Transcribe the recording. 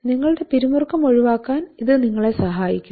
നിങ്ങളുടെ പിരിമുറുക്കം ഒഴിവാക്കാൻ ഇത് നിങ്ങളെ സഹായിക്കും